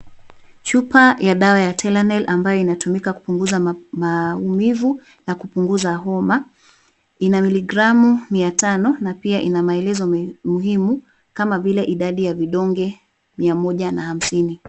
Chupa ya dawa ya Tylenol ambayo inatumika kupunguza maumivu na kupunguza homa. Ina miligramu mia tano na pia ina maelezo muhimu kama vile idadi ya vidonge mia moja na hamsini.